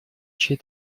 чьей